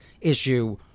issue